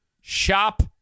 Shop